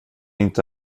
inte